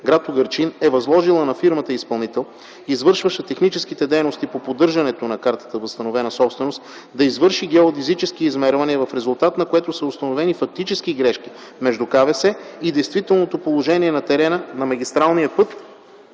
гр. Угърчин е възложила на фирмата изпълнител, извършваща техническите дейности в поддържането на Картата за възстановена собственост, да извърши геодезически измервания, в резултат на което са установени фактически грешки между КВС и действителното положение на терена на магистралния път